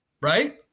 right